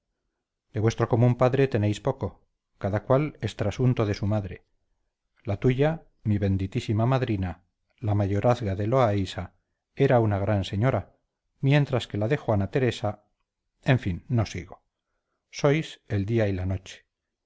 de vuestro común padre tenéis poco cada cual es trasunto de su madre la tuya mi benditísima madrina la mayorazga de loaysa era una gran señora mientras que la de juana teresa en fin no sigo sois el día y la noche